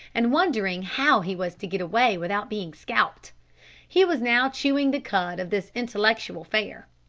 and wondering how he was to get away without being scalped he was now chewing the cud of this intellectual fare.